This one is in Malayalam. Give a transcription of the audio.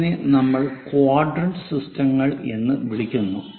അതിനെ നമ്മൾ ക്വാഡ്രന്റ് സിസ്റ്റങ്ങൾ എന്ന് വിളിക്കുന്നു